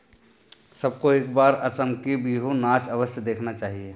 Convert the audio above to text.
सबको एक बार असम का बिहू नाच अवश्य देखना चाहिए